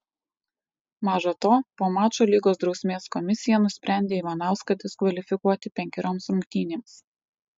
maža to po mačo lygos drausmės komisija nusprendė ivanauską diskvalifikuoti penkerioms rungtynėms